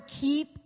keep